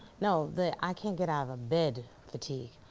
no, the i can't get out of bed fatigue.